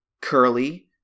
Curly